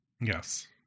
Yes